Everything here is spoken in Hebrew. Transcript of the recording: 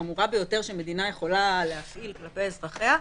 החמורה ביותר שמדינה יכולה להפעיל כלפי אזרחיה.